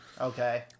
Okay